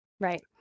Right